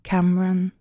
Cameron